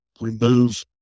remove